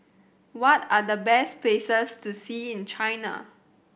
what are the best places to see in China